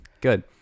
Good